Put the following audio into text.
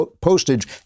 postage